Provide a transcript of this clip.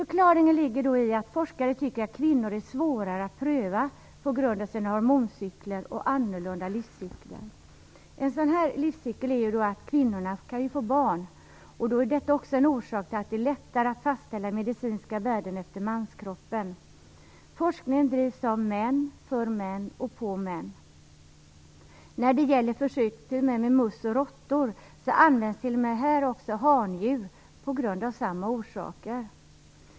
Förklaringen ligger i att forskare tycker att kvinnor är svårare att pröva på grund av deras hormoncykler och annorlunda livscykler. En sådan livscykel är att kvinnor kan få barn, och då är detta också en orsak till att det är lättare att fastställa medicinska värden efter manskroppen. Forskningen bedrivs av män, för män och på män. När det gäller försök med möss och råttor används t.o.m. handjur av samma orsaker.